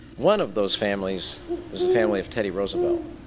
one of those families is a family of teddy roosevelt.